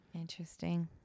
Interesting